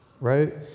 right